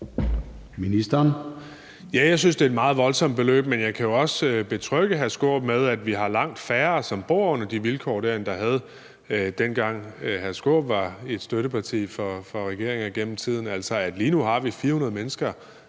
jeg synes, det er et meget voldsomt beløb, men jeg kan jo også betrygge hr. Peter Skaarup med, at vi har langt færre, som bor under de vilkår, end vi havde, dengang hr. Peter Skaarups parti var støtteparti for regeringer igennem tiden. Lige nu har vi ca. 400 mennesker,